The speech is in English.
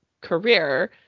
career